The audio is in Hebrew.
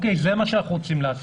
זה מה שאנחנו רוצים לעשות.